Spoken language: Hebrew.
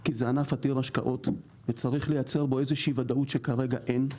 כי זה ענף עתיר השקעות וצריך לייצר בו איזושהי ודאות שכרגע אין אותה.